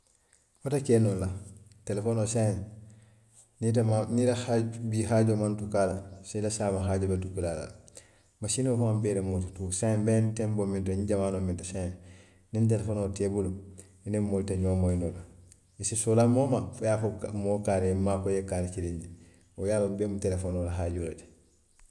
A ntelu la jaŋ de, nte maŋ n maŋ a je a te kee noo la, a te kee noo moo te baluu noo la saŋ wolu tanoo, i te poritaabu maa la, i te masinmaa maa la moo te buluu noo la wo ñaama ntelu la jaŋ